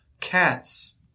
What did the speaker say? cats